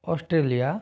Australia